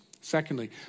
Secondly